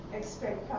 expect